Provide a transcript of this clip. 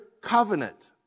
covenant